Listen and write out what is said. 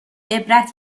عبرت